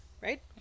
right